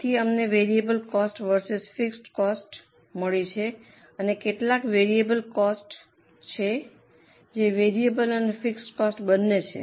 તેથી અમને variable cost versus fixed cost મળી છે અને કેટલાક વેરીએબલ કોસ્ટ છે જે વેરીએબલ અને ફિક્સડ બન્ને છે